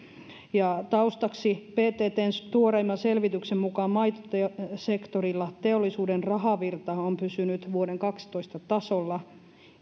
ja taustaksi pttn tuoreimman selvityksen mukaan maitosektorilla teollisuuden rahavirta on pysynyt vuoden kaksituhattakaksitoista tasolla